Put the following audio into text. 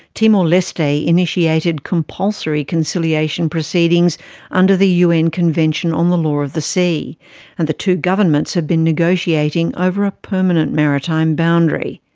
timor-leste initiated compulsory conciliation proceedings under the un convention on the law of the sea and the two governments have been negotiating over a permanent maritime boundary.